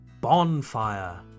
Bonfire